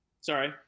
Sorry